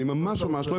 אני ממש לא ממש לא,